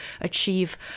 achieve